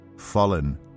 Fallen